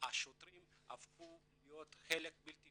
השוטרים הפכו להיות חלק בלתי